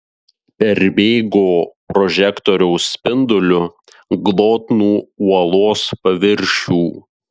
perbėgo prožektoriaus spinduliu glotnų uolos paviršių